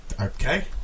okay